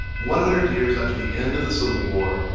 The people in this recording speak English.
one hundred years after the end of the civil war,